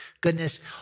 goodness